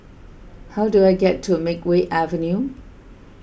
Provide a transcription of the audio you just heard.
how do I get to Makeway Avenue